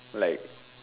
like